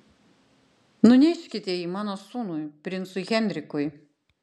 nuneškite jį mano sūnui princui henrikui